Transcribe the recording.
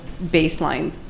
baseline